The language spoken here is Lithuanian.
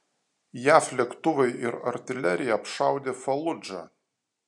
jav lėktuvai ir artilerija apšaudė faludžą